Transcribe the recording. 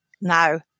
Now